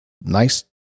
Nice